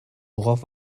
worauf